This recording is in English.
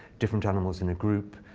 different animals in a group,